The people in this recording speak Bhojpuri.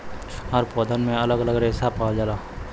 हर पौधन में अलग अलग रेसा पावल जाला